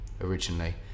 Originally